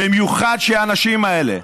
במיוחד שהאנשים האלה,